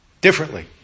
differently